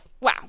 wow